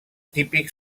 típic